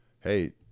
hey